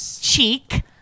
Cheek